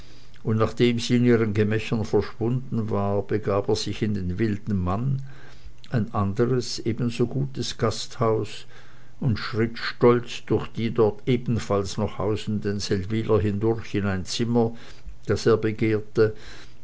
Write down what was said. und nachdem sie in ihren gemächern verschwunden war begab er sich in den wilden mann ein anderes gutes gasthaus und schritt stolz durch die dort ebenfalls noch hausenden seldwyler hindurch in ein zimmer das er begehrte